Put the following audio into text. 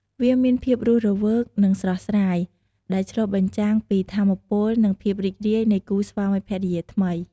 វាមានភាពរស់រវើក និងស្រស់ស្រាយ ដែលឆ្លុះបញ្ចាំងពី ថាមពល និងភាពរីករាយ នៃគូស្វាមីភរិយាថ្មី។